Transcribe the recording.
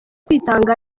kwitanga